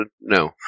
No